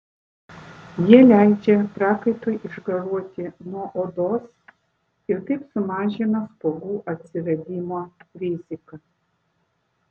jie leidžia prakaitui išgaruoti nuo odos ir taip sumažina spuogų atsiradimo riziką